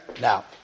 Now